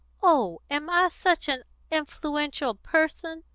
oh, am i such an influential person?